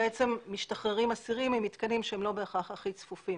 שמשתחררים אסירים ממתקנים שהם לא בהכרח הכי צפופים.